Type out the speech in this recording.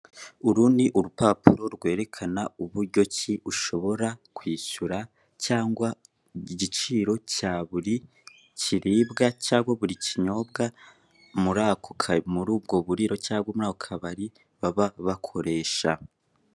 Uru ni urupapuro rwerekana uburyo ki ushobora kwishyura cyangwa igiciro cya buri kiribwa cyangwa buri kinyobwa, muri ako ka..., muri ubwo buriro cyangwa muri ako kabari, baba bakoresha.